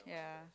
ya